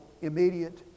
immediate